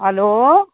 hello